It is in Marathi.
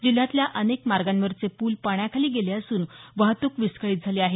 जिल्ह्यातल्या अनेक मार्गांवरचे पूल पाण्याखाली गेले असून वाहतुक विस्कळीत झाली आहे